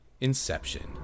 Inception